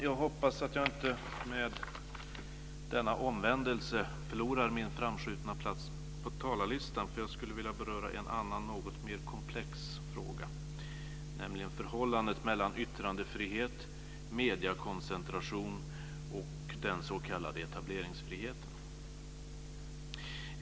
Jag hoppas att jag inte med denna omvändelse förlorar min framskjutna plats på talarlistan, för jag skulle vilja beröra en annan, något mer komplex fråga, nämligen förhållandet mellan yttrandefrihet, mediekoncentration och den s.k. etableringsfriheten.